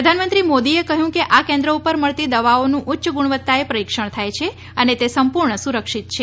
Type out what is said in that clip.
પ્રધાનમંત્રી મોદીએ કહ્યું કે આ કેન્દ્રો પર મળતી દવાઓનું ઉચ્ય ગુણવત્તાએ પરીક્ષણ થાય છે અને તે સંપૂર્ણ સુરક્ષિત છે